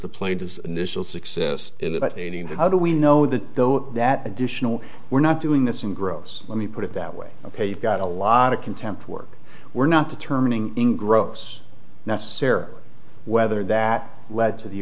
the plane his initial success in about a day and how do we know that that additional we're not doing this in gross let me put it that way ok you've got a lot of contempt work we're not determining in gross necessarily whether that led to the